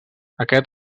aquest